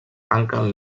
tanquen